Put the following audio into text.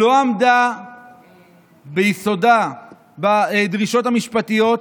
לא עמדה ביסודה בדרישות המשפטיות,